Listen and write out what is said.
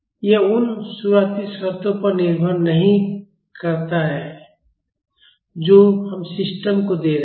यह उन शुरुआती शर्तों पर निर्भर नहीं करता है जो हम सिस्टम को दे रहे हैं